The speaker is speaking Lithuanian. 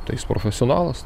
tai jis profesionalas